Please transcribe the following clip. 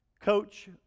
coach